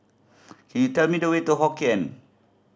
cound you tell me the way to Hokien